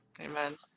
amen